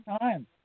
time